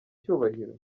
cyubahiro